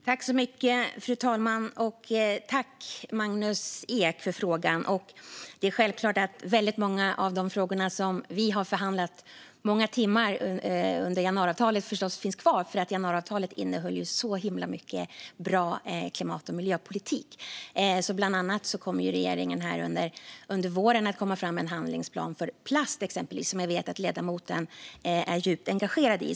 Fru talman! Jag tackar Magnus Ek för frågan. Det är självklart att väldigt många av de frågor som vi har förhandlat många timmar om när det gäller januariavtalet finns kvar. Januariavtalet innehöll nämligen så mycket bra klimat och miljöpolitik. Regeringen kommer under våren bland annat att komma med en handlingsplan för plast, som jag vet att ledamoten är djupt engagerad i.